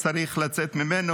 צריך לצאת ממנו,